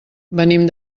venim